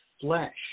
flesh